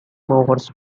bowes